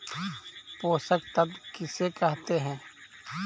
पोषक तत्त्व किसे कहते हैं?